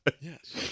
Yes